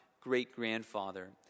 great-grandfather